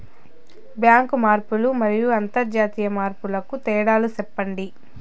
Bank మార్పులు మరియు అంతర్జాతీయ మార్పుల కు తేడాలు సెప్పండి?